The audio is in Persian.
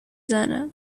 زنه